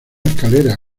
escalera